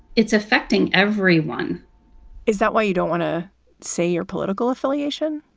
it's affecting everyone is that why you don't want to say your political affiliation?